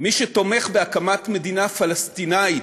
מי שתומך בהקמת מדינה פלסטינית,